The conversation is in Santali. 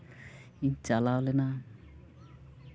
ᱤᱧ ᱪᱟᱞᱟᱣ ᱞᱮᱱᱟ